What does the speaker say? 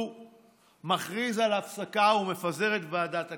הוא מכריז על הפסקה ומפזר את ועדת הכספים.